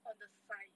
on the size